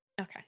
Okay